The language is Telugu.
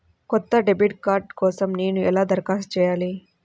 కొత్త డెబిట్ కార్డ్ కోసం నేను ఎలా దరఖాస్తు చేయాలి?